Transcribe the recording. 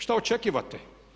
Šta očekivate?